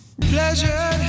Pleasure